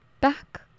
back